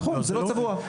נכון, זה לא צבוע.